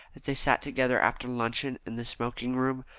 as they sat together after luncheon in the smoking-room.